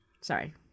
Sorry